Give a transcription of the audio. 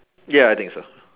ya I think so